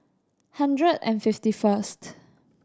hundred and fifty first